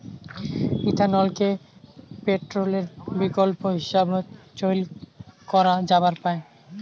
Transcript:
ইথানলকে পেট্রলের বিকল্প হিসাবত চইল করা যাবার পায়